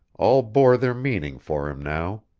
all bore their meaning for him now.